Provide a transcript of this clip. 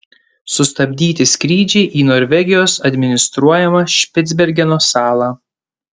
sustabdyti skrydžiai į norvegijos administruojamą špicbergeno salą